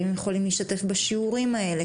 האם הם יכולים להשתתף בשיעורים האלה?